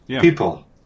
People